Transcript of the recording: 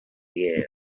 you